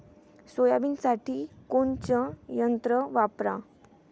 सोयाबीनसाठी कोनचं यंत्र वापरा?